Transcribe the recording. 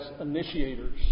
initiators